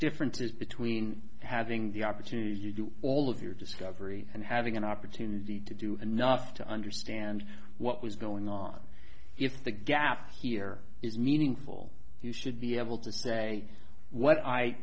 difference is between having the opportunity to do all of your discovery and having an opportunity to do enough to understand what was going on if the gap here is meaningful you should be able to say what i